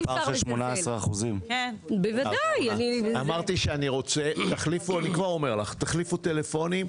זה פער של 18%. אני כבר אומר לך: תחליפו טלפונים.